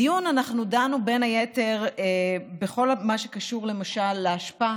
בדיון דנו בין היתר בכל מה שקשור למשל לאשפה